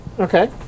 Okay